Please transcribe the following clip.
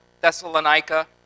thessalonica